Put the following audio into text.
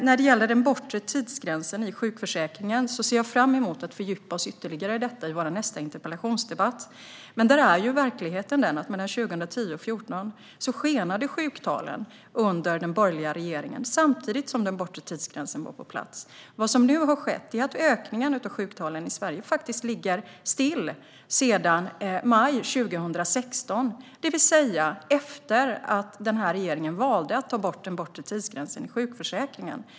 Jag ser fram emot att vi ska fördjupa oss i frågan om den bortre tidsgränsen i sjukförsäkringen i nästa interpellationsdebatt. Verkligheten är den att mellan 2010 och 2014 skenade sjuktalen under den borgerliga regeringen samtidigt som den bortre tidsgränsen var på plats. Vad som nu har skett är att ökningen av sjuktalen i Sverige ligger still sedan maj 2016, det vill säga efter att regeringen valde att ta bort den bortre tidsgränsen i sjukförsäkringen.